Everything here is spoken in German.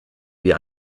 wie